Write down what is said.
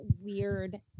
weird